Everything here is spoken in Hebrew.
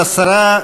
תודה לשרה.